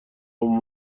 اون